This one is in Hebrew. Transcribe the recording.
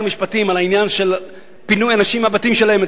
המשפטים על העניין של פינוי אנשים מהבתים שלהם,